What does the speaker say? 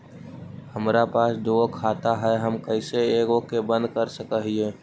हमरा पास दु गो खाता हैं, हम कैसे एगो के बंद कर सक हिय?